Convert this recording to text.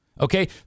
okay